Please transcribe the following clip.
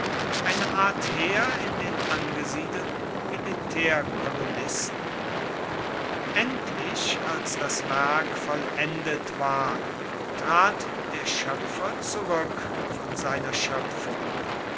eine art heer in den angesiedelten militärkolonisten endlich als das werk vollendet war trat der schöpfer zurück von seiner schöpfung